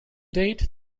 date